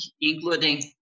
including